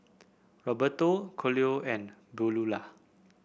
Rigoberto Colie and Beaulah